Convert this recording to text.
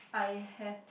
I have